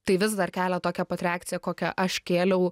tai vis dar kelia tokią pat reakciją kokią aš kėliau